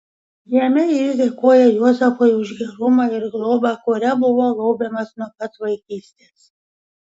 jame jis dėkoja juozapui už gerumą ir globą kuria buvo gaubiamas nuo pat vaikystės